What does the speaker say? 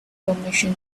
permission